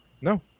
No